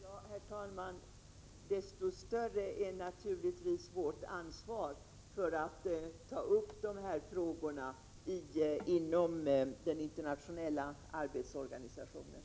Herr talman! Desto större är naturligtvis vårt ansvar för att ta upp dessa frågor inom den internationella arbetsorganisationen.